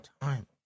time